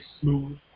smooth